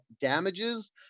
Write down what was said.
damages